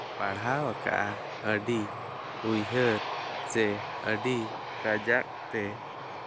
ᱯᱟᱲᱦᱟᱣᱟᱠᱟᱜᱼᱟ ᱟᱹᱰᱤ ᱩᱭᱦᱟᱹᱨ ᱥᱮ ᱟᱹᱰᱤ ᱠᱟᱡᱟᱠ ᱛᱮ